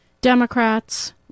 Democrats